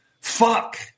Fuck